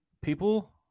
People